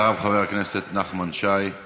ושם, בחוק, הכפלתי מחצי שנה לשנה.